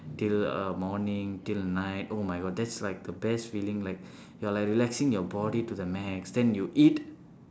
till uh morning till night oh my god that's like the best feeling like you're like relaxing your body to the max then you eat